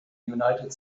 united